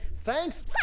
Thanks